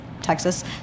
Texas